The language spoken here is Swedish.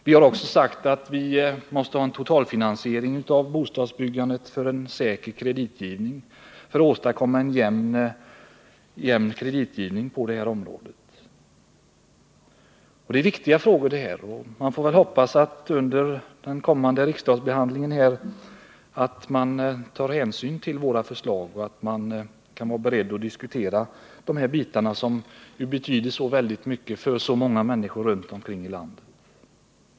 Vi har också sagt att det måste skapas en totalfinansiering av bostadsbyggandet för att åstadkomma en säker och jämn kreditgivning. Det här är viktiga saker, och jag hoppas att man under den kommande riksdagsbehandlingen tar hänsyn till våra förslag och är beredd att diskutera dessa ting som betyder så väldigt mycket för så många människor runt om i landet.